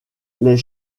les